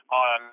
on